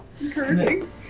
encouraging